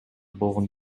болгон